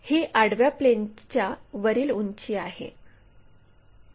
ही आडव्या प्लेनच्या वरील उंची आहे